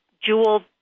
jeweled